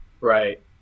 Right